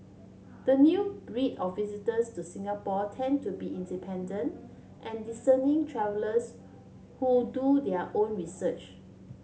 the new breed of visitors to Singapore tend to be independent and discerning travellers who do their own research